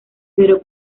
pero